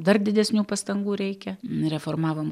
dar didesnių pastangų reikia reformavom